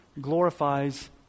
glorifies